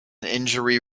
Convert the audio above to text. injury